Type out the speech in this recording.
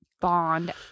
bond